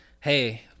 hey